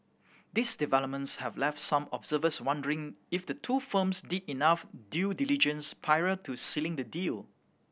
these developments have left some observers wondering if the two firms did enough due diligence prior to sealing the deal